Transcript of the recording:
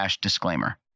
disclaimer